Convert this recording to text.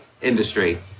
industry